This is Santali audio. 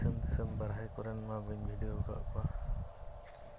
ᱫᱤᱥᱟᱹᱢ ᱫᱤᱥᱟᱹᱢ ᱵᱟᱨᱦᱮ ᱠᱚᱨᱮᱱ ᱢᱟ ᱵᱟᱹᱧ ᱵᱤᱰᱟᱹᱣ ᱟᱠᱟᱫ ᱠᱚᱣᱟ